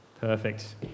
Perfect